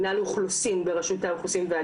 נוהל שפורסם לפני כמה חודשים,